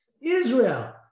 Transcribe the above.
Israel